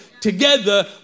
together